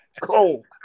cold